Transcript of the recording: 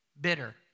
bitter